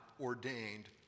ordained